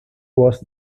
was